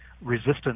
resistance